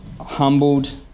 humbled